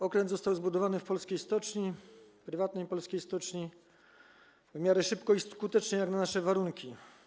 Okręt został zbudowany w polskiej stoczni, prywatnej polskiej stoczni, w miarę szybko i skutecznie jak na nasze warunki.